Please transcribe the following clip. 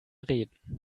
reden